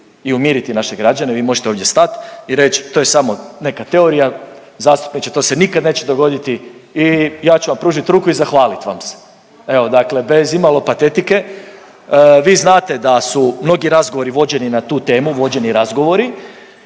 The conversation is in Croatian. i umiriti naše građane, vi možete ovdje stat i reć to je samo neka teorija, zastupniče to se nikad neće dogoditi i ja ću vam pružit ruku i zahvalit vam se, evo dakle bez imalo patetike. Vi znate da su mnogi razgovori vođeni na tu temu, vođeni razgovori